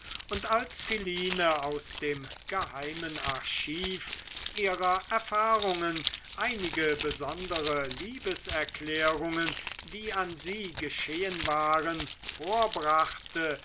und als philine aus dem geheimen archiv ihrer erfahrungen einige besondere liebeserklärungen die an sie geschehen waren vorbrachte